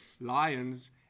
lions